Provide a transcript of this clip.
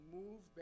move